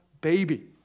baby